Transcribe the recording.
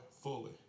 fully